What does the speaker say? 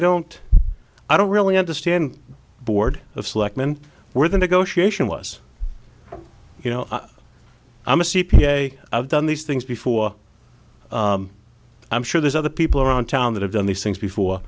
don't i don't really understand the board of selectmen where the negotiation was you know i'm a c p a i've done these things before i'm sure there's other people around town that have done these things before